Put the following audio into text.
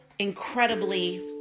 Incredibly